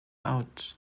out